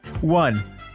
One